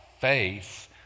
faith